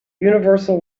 universal